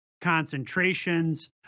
concentrations